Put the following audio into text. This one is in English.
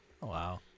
wow